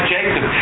Jacob